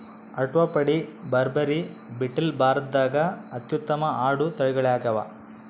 ಅಟ್ಟಪಾಡಿ, ಬಾರ್ಬರಿ, ಬೀಟಲ್ ಭಾರತದಾಗ ಅತ್ಯುತ್ತಮ ಆಡು ತಳಿಗಳಾಗ್ಯಾವ